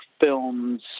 films